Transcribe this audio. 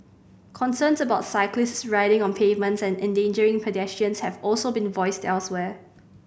concerns about cyclists riding on pavements and endangering pedestrians have also been voiced elsewhere